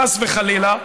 חס וחלילה,